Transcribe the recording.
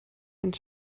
sind